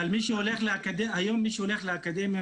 היום מי שהולך לאקדמיה,